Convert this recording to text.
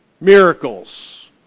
Miracles